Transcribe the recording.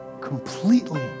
completely